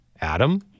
Adam